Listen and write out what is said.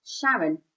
Sharon